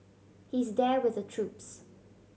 he's there with the troops